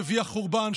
נביא החורבן,